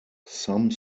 some